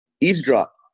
eavesdrop